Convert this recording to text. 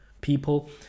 people